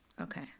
okay